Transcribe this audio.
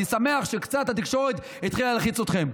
אני שמח שהתקשורת קצת התחילה להלחיץ אתכם.